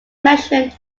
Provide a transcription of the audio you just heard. mentioned